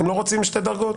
אתם לא רוצים שתי דרגות?